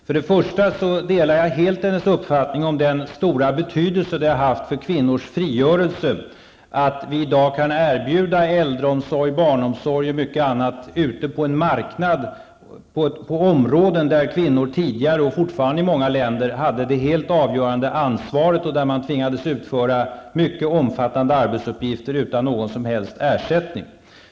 För det första delar jag helt hennes uppfattning om den stora betydelse det har haft för kvinnors frigörelse att vi i dag ute på en marknad kan erbjuda äldreomsorg, barnomsorg och mycket annat, d.v.s. verksamheter för vilka kvinnor hade det helt avgörande ansvaret -- och fortfarande har det i många länder -- och tvingades utföra mycket omfattande arbetsuppgifter utan någon som helst ersättning.